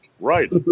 Right